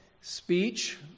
speech